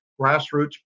grassroots